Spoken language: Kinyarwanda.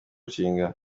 nshinga